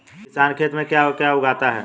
किसान खेत में क्या क्या उगाता है?